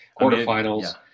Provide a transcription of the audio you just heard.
quarterfinals